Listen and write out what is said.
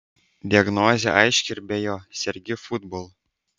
diagnozė aiški ir be jo sergi futbolu